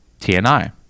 TNI